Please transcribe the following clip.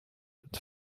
with